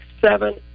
seven